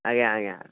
ଆଜ୍ଞା ଆଜ୍ଞା